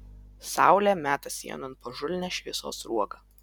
saulė meta sienon pažulnią šviesos sruogą